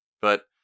But-